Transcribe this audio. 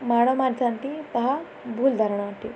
ମାଡ଼ ମାରିଥାନ୍ତି ତାହା ଭୁଲ୍ ଧାରଣା ଅଟେ